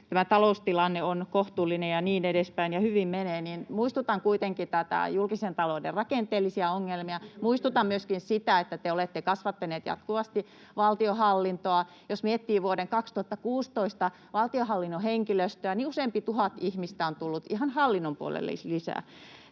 tämä taloustilanne on kohtuullinen ja niin edespäin ja hyvin menee, niin muistutan kuitenkin julkisen talouden rakenteellisista ongelmista. Muistutan myöskin siitä, että te olette kasvattaneet jatkuvasti valtionhallintoa. Jos miettii vuoden 2016 valtionhallinnon henkilöstöä, niin useampi tuhat ihmistä on tullut ihan hallinnon puolelle lisää.